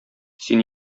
син